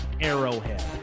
Arrowhead